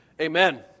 Amen